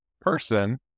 person